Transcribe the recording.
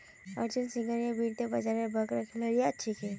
अर्जुन सिंघानिया वित्तीय बाजारेर बड़का खिलाड़ी छिके